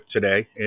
today